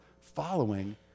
following